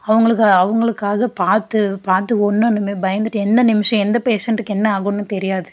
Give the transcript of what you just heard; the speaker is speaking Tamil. அவங்களுக்கு அவங்களுக்காக பார்த்து பார்த்து ஒன்று ஒன்றுமே பயந்துட்டு என்ன நிமிஷம் எந்த பேஷண்ட்டுக்கு என்ன ஆகுன்னு தெரியாது